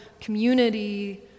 community